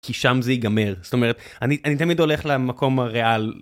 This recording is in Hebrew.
כי שם זה ייגמר זאת אומרת אני תמיד הולך למקום הריאלי.